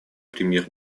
премьер